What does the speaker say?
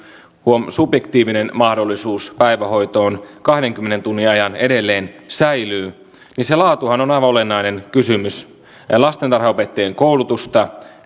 huom subjektiivinen mahdollisuus päivähoitoon kahdenkymmenen tunnin ajan edelleen säilyy niin se laatuhan on aivan olennainen kysymys lastentarhanopettajien koulutusta